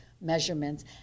Measurements